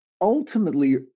ultimately